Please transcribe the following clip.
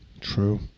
True